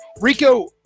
Rico